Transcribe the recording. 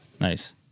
Nice